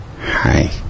Hi